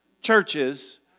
churches